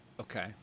Okay